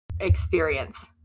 experience